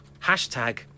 Hashtag